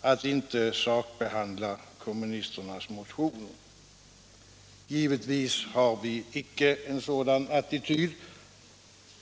att inte sakbehandla kommunisternas motioner. Givetvis har vi icke en sådan attityd.